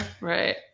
Right